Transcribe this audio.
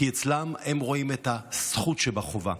כי הם רואים את הזכות שבחובה,